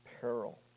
peril